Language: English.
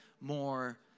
more